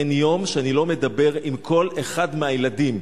אין יום שאני לא מדבר עם כל אחד מהילדים,